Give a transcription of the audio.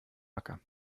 acker